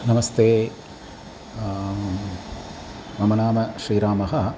नमस्ते मम नाम श्रीरामः